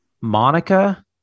Monica